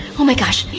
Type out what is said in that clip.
oh my gosh.